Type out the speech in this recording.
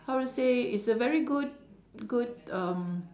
how to say it's a very good good um